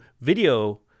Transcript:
video